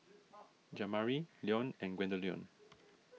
Jamari Leon and Gwendolyn